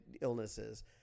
illnesses